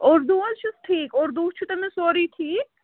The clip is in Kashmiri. اُردو حظ چھُس ٹھیٖک اُردو چھُو تٔمِس سورٕے ٹھیٖک